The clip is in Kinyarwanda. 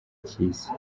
cy’isi